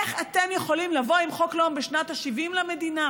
איך אתם יכולים לבוא עם חוק לאום בשנת ה-70 למדינה,